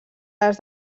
les